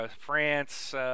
France